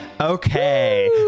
okay